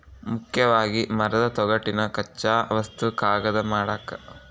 ಮುಖ್ಯವಾಗಿ ಮರದ ತೊಗಟಿನ ಕಚ್ಚಾ ವಸ್ತು ಕಾಗದಾ ಮಾಡಾಕ